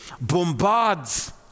bombards